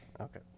Okay